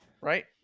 right